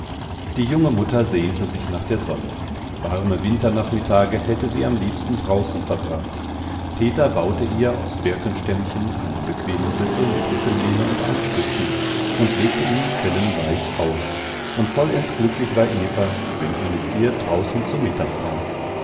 die junge mutter sehnte sich nach der sonne warme winternachmittage hätte sie am liebsten draußen verbracht peter baute ihr aus birkenstämmchen einen bequemen sessel mit rückenlehne und armstützen und legte ihn mit fellen weich aus und vollends glücklich war eva wenn er mit ihr draußen zu mittag aß